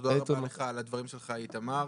תודה רבה לך על הדברים שלך, איתמר.